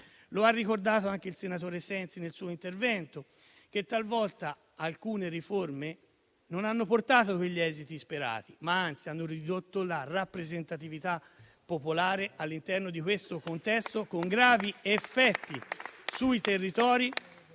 Come ha ricordato anche il senatore Sensi nel suo intervento, talvolta alcune riforme non hanno portato agli esiti sperati; anzi, hanno ridotto la rappresentatività popolare all'interno di questo contesto, con gravi effetti sui territori